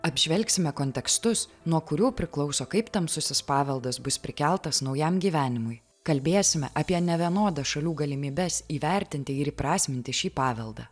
apžvelgsime kontekstus nuo kurių priklauso kaip tamsusis paveldas bus prikeltas naujam gyvenimui kalbėsime apie nevienodas šalių galimybes įvertinti ir įprasminti šį paveldą